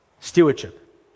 stewardship